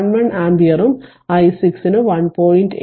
11 ആമ്പിയറും i6 1